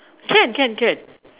can can can